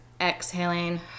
exhaling